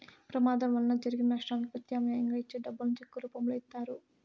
ప్రమాదం వలన జరిగిన నష్టానికి ప్రత్యామ్నాయంగా ఇచ్చే డబ్బులను చెక్కుల రూపంలో ఇత్తారు